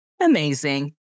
Amazing